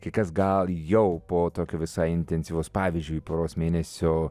kai kas gal jau po tokio visai intensyvaus pavyzdžiui poros mėnesių